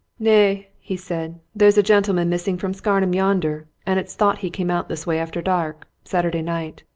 nay! he said. there's a gentleman missing from scarnham yonder, and it's thought he came out this way after dark, saturday night,